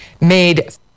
made